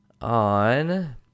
on